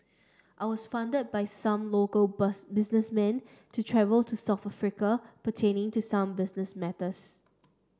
I was funded by some local bus businessmen to travel to South Africa pertaining to some business matters